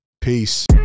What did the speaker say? Peace